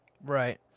Right